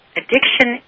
addiction